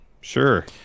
sure